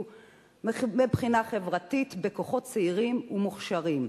מבחינה חברתית בכוחות צעירים ומוכשרים.